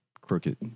crooked